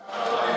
חבר'ה,